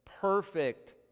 perfect